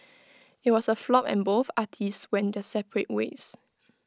IT was A flop and both artists went their separate ways